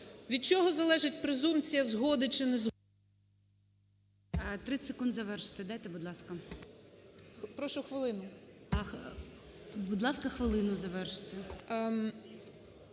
Від чого залежить презумпція згоди чи незгоди…